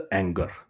anger